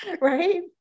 right